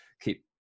keep